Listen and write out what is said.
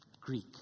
Greek